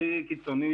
הכי קיצוני,